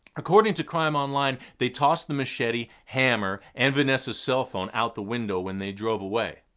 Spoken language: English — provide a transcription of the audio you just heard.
according to crime online, they tossed the machete, hammer and vanessa's cell phone out the window when they drove away.